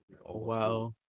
Wow